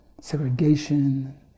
segregation